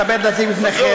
בפניכם,